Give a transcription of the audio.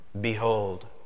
Behold